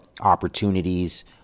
opportunities